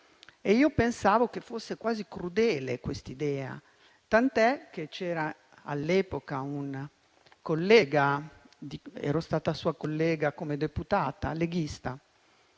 Io pensavo che fosse quasi crudele quest'idea, tant'è che c'era all'epoca un collega - ero stata sua collega come deputata leghista